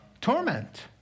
torment